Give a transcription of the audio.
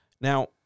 Now